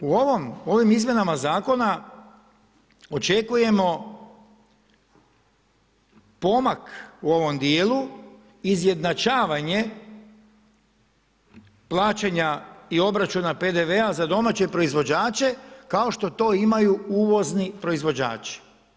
U ovim izmjenama Zakona očekujemo pomak u ovom dijelu, izjednačavanje plaćanja i obračuna PDV-a za domaće proizvođače, kao što to imaju uvozni proizvođači.